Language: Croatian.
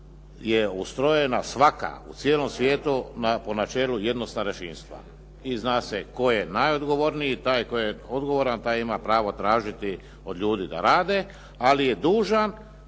je ustrojena svaka u cijelom svijetu po načelu jednostarešinstva i zna se tko je najodgovorniji. Taj tko je odgovoran taj ima pravo tražiti od ljudi da rade ali je dužan